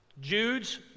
Jude's